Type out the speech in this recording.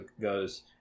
goes